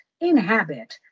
inhabit